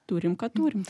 turim ką turim